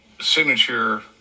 signature